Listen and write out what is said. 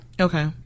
Okay